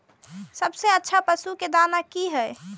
सबसे अच्छा पशु के दाना की हय?